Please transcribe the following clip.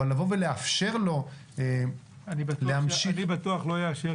אבל לבוא ולאפשר לו להמשיך --- אני בטוח לא אאשר